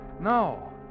No